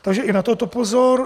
Takže i na toto pozor.